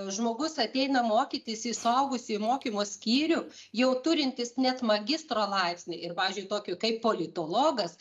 žmogus ateina mokytis į suaugusiųjų mokymo skyrių jau turintis net magistro laipsnį ir pavyzdžiui tokį kaip politologas